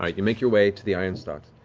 ah you make your way to the iron stocks.